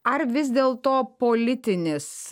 ar vis dėlto politinis